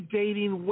dating